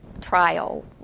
trial